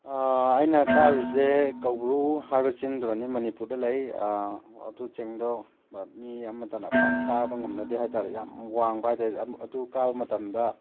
ꯑꯩꯅ ꯀꯥꯔꯨꯔꯤꯁꯦ ꯀꯧꯕ꯭ꯔꯨ ꯍꯥꯏꯕ ꯆꯤꯡꯗꯨꯗꯅꯤ ꯃꯅꯤꯄꯨꯔꯗ ꯂꯩ ꯑꯗꯨ ꯆꯤꯡꯗꯣ ꯃꯤ ꯑꯃꯠꯇꯅ ꯄꯥꯛꯅ ꯀꯥꯕ ꯉꯝꯅꯗꯦ ꯍꯥꯏ ꯇꯥꯔꯦ ꯌꯥꯝ ꯋꯥꯡꯕ ꯍꯥꯏꯇꯥꯔꯦ ꯑꯗꯨ ꯀꯥꯕ ꯃꯇꯝꯗ